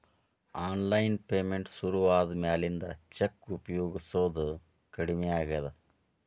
online payment ಶುರುವಾದ ಮ್ಯಾಲಿಂದ check ಉಪಯೊಗಸೋದ ಕಡಮಿ ಆಗೇದ